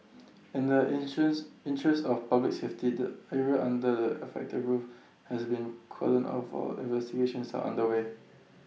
in the interest interest of public safety the area under the affected roof has been cordoned off while investigations are underway